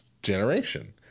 generation